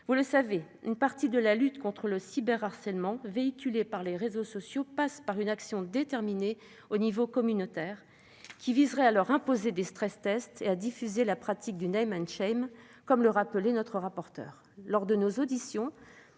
Vous le savez, une partie de la lutte contre le cyberharcèlement véhiculé par les réseaux sociaux passe par une action déterminée au niveau communautaire, qui viserait à leur imposer des ou diffuser la pratique du, comme l'a rappelé notre rapporteure. Lors de nos auditions,